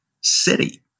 city